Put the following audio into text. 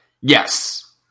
Yes